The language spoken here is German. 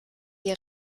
die